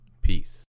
peace